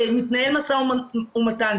שמתנהל משא ומתן.